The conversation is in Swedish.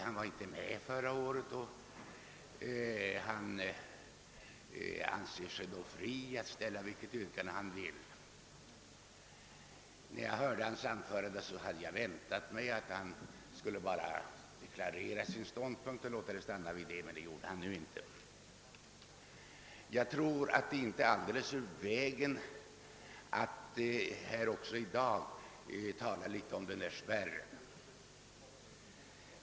Han var inte med förra året, och han anser sig därför fri att ställa vilket yrkande han vill. När jag hörde hans anförande väntade jag mig att han bara skulle deklarera sin ståndpunkt och låta det stanna vid detta, men det gjorde han ju inte. Nu tror jag att det inte är alldeles ur vägen att tala om spärren i valsystemet också i dag.